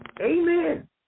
Amen